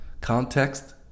context